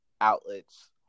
outlets